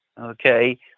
okay